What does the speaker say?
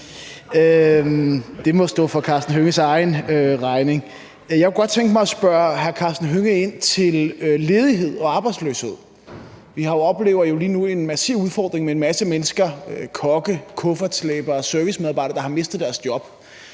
Det må stå for hr. Karsten Hønges egen regning. Jeg kunne godt tænke mig at spørge hr. Karsten Hønge om ledighed. Vi oplever jo lige nu en massiv udfordring med en masse mennesker, kokke, kuffertslæbere, servicemedarbejdere, der har mistet deres job,